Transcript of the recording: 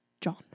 John